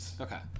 okay